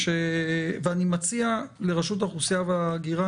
אני מציע לרשות האוכלוסין וההגירה,